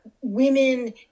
women